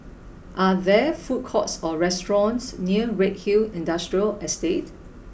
are there food courts or restaurants near Redhill Industrial Estate